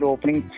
Opening